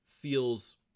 feels